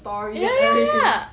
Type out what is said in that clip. ya ya ya